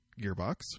Gearbox